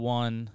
one